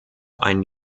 einen